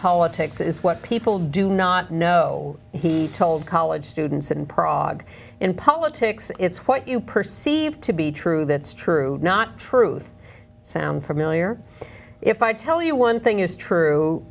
politics is what people do not know he told college students in prague in politics it's what you perceive to be true that's true not truth sound familiar if i tell you one thing is true